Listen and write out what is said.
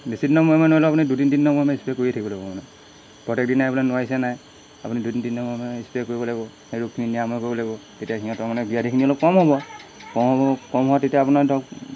বেছি দিনৰ মূৰে মূৰে নোৱাৰিলেও আপুনি দুদিন তিনি দিনৰ মূৰে মূৰে আপুনি স্প্ৰে কৰিয়ে থাকিব লাগিব মানে প্ৰত্যেক দিনাই বোলে নোৱাৰিছে নাই আপুনি দুদিন তিনি দিনৰ মূৰে মূৰে স্প্ৰে কৰিব লাগিব সেই ৰোগখিনি নিৰাময় কৰিব লাগিব তেতিয়া সিহঁতৰ মানে ব্যাধিখিনি অলপ কম হ'ব আৰু কম হ'ব কম হোৱা তেতিয়া আপোনাৰ ধৰক